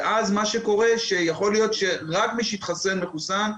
ואז מה שקורה שיכול להיות שרק מי שהתחסן מחוסן,